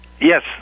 Yes